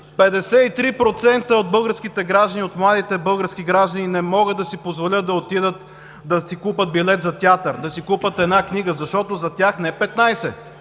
от младите български граждани, не могат да си позволят да отидат да си купят билет за театър, да си купят една книга, защото за тях не 15,